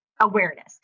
awareness